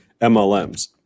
MLMs